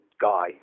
Guy